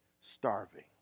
starving